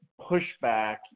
pushback